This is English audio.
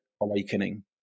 awakening